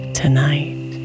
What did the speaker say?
tonight